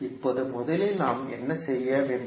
இப்போது முதலில் நாம் என்ன செய்ய வேண்டும்